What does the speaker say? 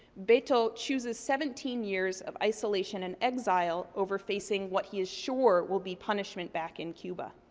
beto chooses seventeen years of isolation and exile over facing what he is sure will be punishment back in cuba.